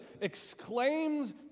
exclaims